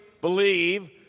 believe